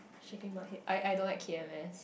shaking my head I I don't like K_M_S